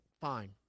fine